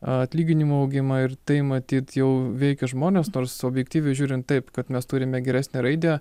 atlyginimų augimą ir tai matyt jau veikia žmones nors objektyviai žiūrint taip kad mes turime geresnę raidę